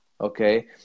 okay